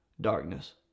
darkness